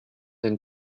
and